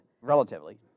relatively